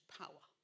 power